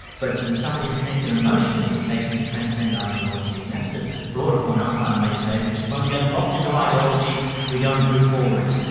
but when somebody is connected emotionally they can transcend ideology, and that's the broader point i'm trying to make today, which is when we get locked into ideology we don't move forward.